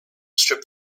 strip